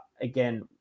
again